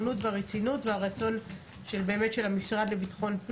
גם ההתגייסות של המועצות.